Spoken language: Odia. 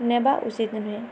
ନେବା ଉଚିତ୍ ନୁହେଁ